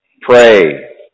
pray